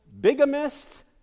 bigamists